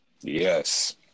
Yes